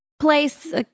place